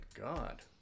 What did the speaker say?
God